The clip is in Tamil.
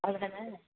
அவ்வளோதான